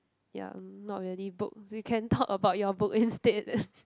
ya not really books you can talk about your book instead